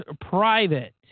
private